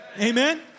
Amen